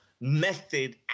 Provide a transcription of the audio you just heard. method